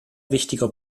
wichtiger